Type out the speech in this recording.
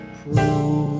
prove